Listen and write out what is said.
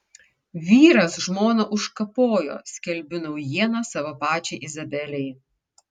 vyras žmoną užkapojo skelbiu naujieną savo pačiai izabelei